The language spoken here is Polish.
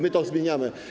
My to zmieniamy.